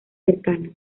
cercanas